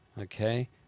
okay